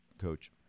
coach